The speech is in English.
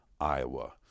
Iowa